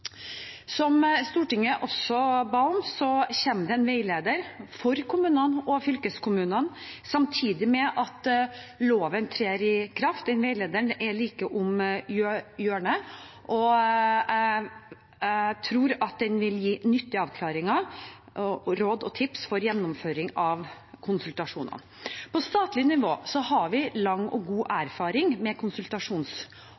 Som Stortinget også ba om, kommer det en veileder for kommunene og fylkeskommunene samtidig med at loven trer i kraft. Den veilederen er like om hjørnet, og jeg tror den vil gi nyttige avklaringer, råd og tips for gjennomføring av konsultasjonene. På statlig nivå har vi lang og god